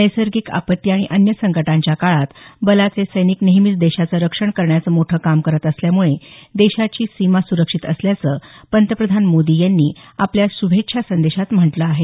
नैसर्गिक आपत्ती आणि अन्य संकटांच्या काळात बलाचे सैनिक नेहमीच देशाचं रक्षण करण्याचं मोठं काम करत असल्यामुळे देशाची सीमा सुरक्षित असल्याचं पंतप्रधान मोदी यांनी आपल्या श्रभेच्छा संदेशात म्हटलं आहे